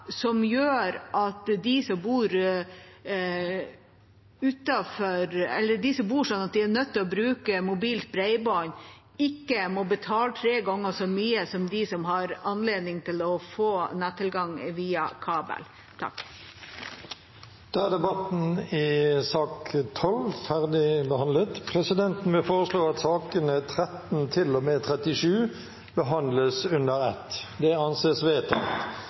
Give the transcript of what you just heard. som gjør at de som bor sånn at de er nødt til å bruke mobilt bredbånd, ikke må betale tre ganger så mye som de som har anledning til å få nettilgang via kabel. Flere har ikke bedt om ordet til sak nr. 12. Sakene nr. 13–37 gjelder andre gangs behandling av lovsaker, og presidenten vil foreslå at sakene behandles under ett. – Det anses vedtatt.